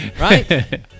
right